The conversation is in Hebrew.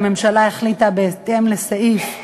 בהתאם לסעיף 31(ג)